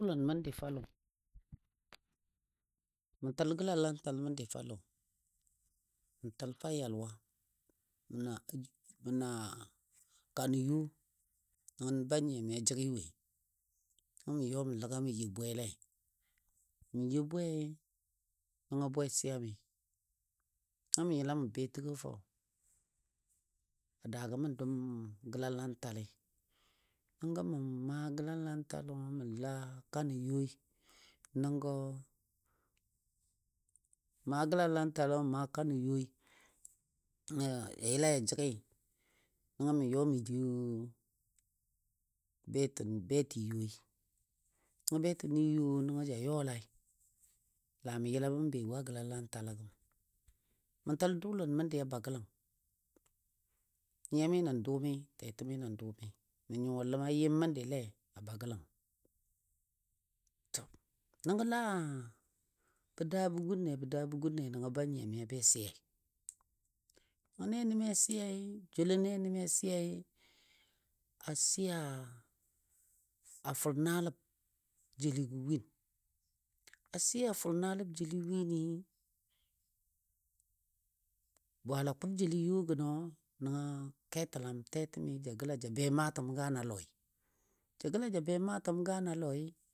Dʊlən məndi fou a lɔ mən təl gəlalantal məndi fou a lɔ mən təl fou a Yelwa mə na aji mə na kanɔ yo nəngɔ ba nyiyami a jə gɨ woi, nəngɔ mə yɔ mə ləga mə you bwelei. Mə you bwei nəngɔ bwe a siyami. Nəngɔ mə yəla mə be təgɔ fou a daagɔ mən dɔum gəlalantali nəngɔ mə maa gəlalantalo mə laa kanɔ yoi nəngɔ maa gəlalantalo mə maa kanɔ yoi ja yəla ja jəgɨ nəngɔ yɔ mə you betɨ betɨ yoi, nəngɔ betɨni yo nəngɔ ja yɔlai. La mə yəlabɔ n be wo gəlalantalo gəm. Mə təl dʊlən məndi a Bagalang, nyiyami nan dʊmi tɛtɛmi nən dʊmi. Mə nyuwa ləma yɨm mən le a Bagalang to nəngɔ laa bə daa bə gunle bə daa bə gunle nəngɔ ba nyiyami be siyai, nəngɔ nɛnɛmi a siyai joulo nenemi a siyai, a siya a fʊl naləb jeligɔ win. A siya a fʊlnaləb jeli wini, bwaala kʊb jeli yo gənɔ nəngɔ ketəlam tɛtɛmi ja gəla ja be maatəm gaano a lɔ, ja gəla ja be maatəm gaano a lɔi.